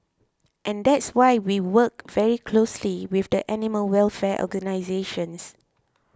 and that's why we work very closely with the animal welfare organisations